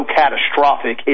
catastrophic